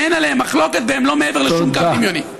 שאין עליהם מחלוקת והם לא מעבר לשום קו דמיוני.